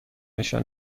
نشان